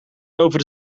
over